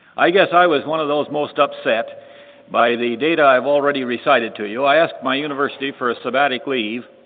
i guess i was one of those most upset by the data i've already recited to you. i asked my university for a sabbatic leave,